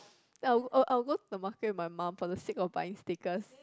then I will I'll go to the market with my mum for the sake of buying stickers